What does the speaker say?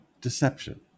Deception